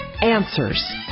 answers